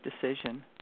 decision